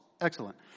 Excellent